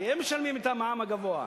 כי הם משלמים את המע"מ הגבוה.